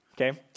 okay